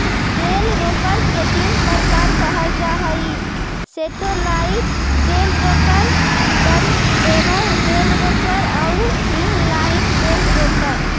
बेल wrapper के तीन प्रकार कहल जा हई satellite bale wrapper, turntable bale wrapper आउ इन लाइन बेल रैपर